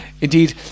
indeed